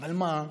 אבל מה,